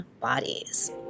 bodies